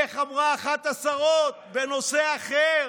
איך אמרה אחת השרות, בנושא אחר?